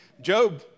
Job